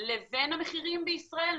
לבין המחירים בישראל.